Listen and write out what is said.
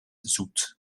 zoet